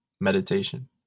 meditation